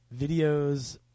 videos